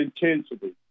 intensity